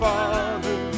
Father